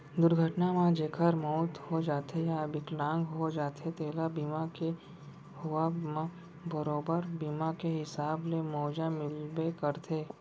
दुरघटना म जेकर मउत हो जाथे या बिकलांग हो जाथें तेला बीमा के होवब म बरोबर बीमा के हिसाब ले मुवाजा मिलबे करथे